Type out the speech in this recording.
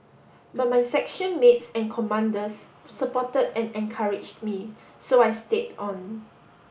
but my section mates and commanders supported and encouraged me so I stayed on